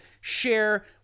share